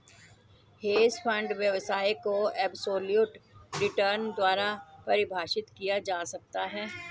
hedge fund व्यवसाय को absolute return द्वारा परिभाषित किया जा सकता है